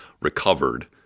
recovered